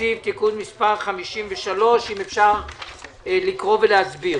התקציב (תיקון מס' 53), אם אפשר לקרוא ולהסביר.